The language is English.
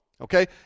Okay